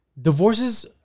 divorces